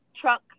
truck